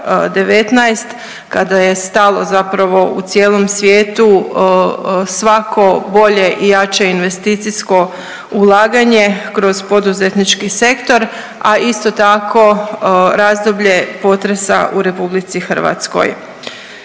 kada je stalo zapravo u cijelom svijetu svako bolje i jače investicijsko ulaganje kroz poduzetnički sektor, a isto tako razdoblje potresa u RH. Tijekom